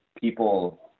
people